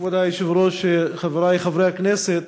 כבוד היושב-ראש, חברי חברי הכנסת,